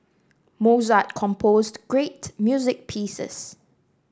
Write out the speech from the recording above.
Mozart composed great music pieces